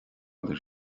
bhfuil